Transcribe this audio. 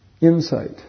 insight